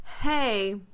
hey